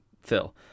fill